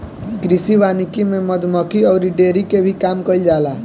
कृषि वानिकी में मधुमक्खी अउरी डेयरी के भी काम कईल जाला